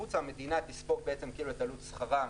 החוצה והמדינה תספוג כאילו את עלות שכרם,